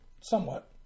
somewhat